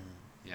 mm